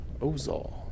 Ozol